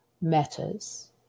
matters